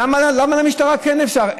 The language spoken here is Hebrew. למה למשטרה כן, אפשר?